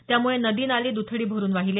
त्यामुळे नदी नाले दुथडी भरून वाहिले